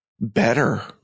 better